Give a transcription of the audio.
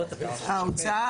האוצר,